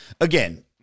again-